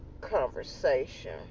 conversation